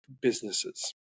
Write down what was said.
businesses